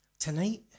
Tonight